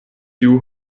tiu